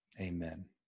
Amen